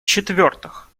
четвертых